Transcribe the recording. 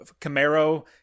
Camaro